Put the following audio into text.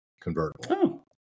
convertible